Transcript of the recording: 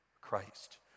Christ